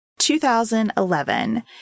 2011